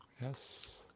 Yes